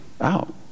out